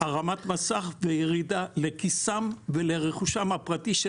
הרמת מסך וירידה לכיסם ולרכושם הפרטי של